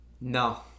No